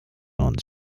uns